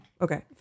Okay